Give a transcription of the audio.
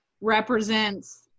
represents